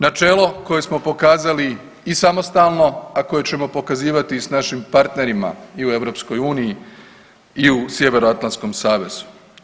Načelo koje smo pokazali i samostalno, a koje ćemo pokazivati i sa našim partnerima i u EU i u Sjevernoatlantskom savezu.